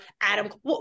adam